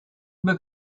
book